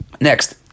Next